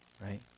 right